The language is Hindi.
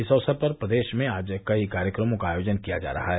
इस अवसर पर प्रदेश में आज कई कार्यक्रमों का आयोजन किया जा रहा है